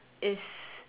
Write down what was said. is